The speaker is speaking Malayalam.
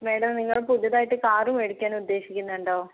മേഡം നിങ്ങൾ പുതിയതായിട്ട് കാറ് മേടിക്കാൻ ഉദ്ദേശിക്കുന്നുണ്ടോ